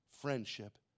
friendship